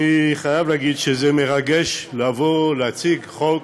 אני חייב להגיד שזה מרגש להציג חוק